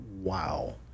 wow